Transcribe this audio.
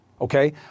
okay